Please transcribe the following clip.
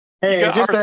hey